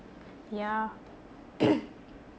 yeah